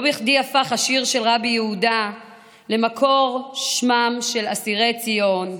לא בכדי הפך השיר של רבי יהודה למקור שמם של אסירי ציון,